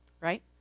Right